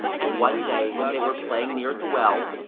and one day, when they were playing near the well,